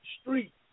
street